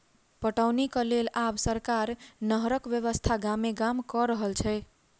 पटौनीक लेल आब सरकार नहरक व्यवस्था गामे गाम क रहल छै